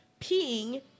peeing